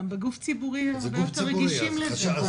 גם בגוף ציבורי הרבה יותר רגישים לזה.